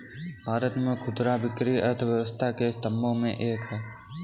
भारत में खुदरा बिक्री अर्थव्यवस्था के स्तंभों में से एक है